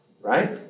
Right